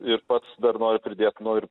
ir pats dar noriu pridėt noriu